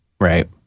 Right